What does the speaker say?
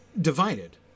divided